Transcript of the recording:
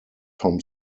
tom